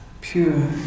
pure